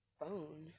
phone